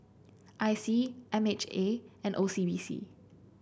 I C M H A and O C B C